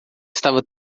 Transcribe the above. estava